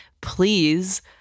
Please